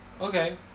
Okay